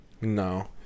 No